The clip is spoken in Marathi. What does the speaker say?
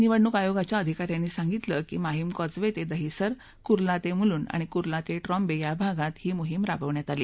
निवडणूक आयोगाच्या अधिका यांनी सांगितलं की माहीम कॉजवे ते दहिसर कुर्ला ते मुलुंड आणि कुर्ला ते ट्रॉम्बे या भागात ही मोहीम राबवण्यात आली